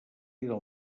del